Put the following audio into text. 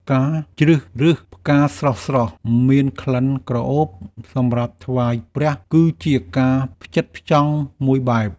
ការជ្រើសរើសផ្កាស្រស់ៗមានក្លិនក្រអូបសម្រាប់ថ្វាយព្រះ គឺជាការផ្ចិតផ្ចង់មួយបែប។